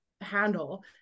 handle